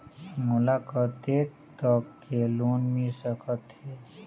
मोला कतेक तक के लोन मिल सकत हे?